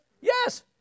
Yes